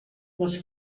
les